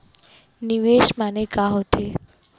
निवेश माने का होथे?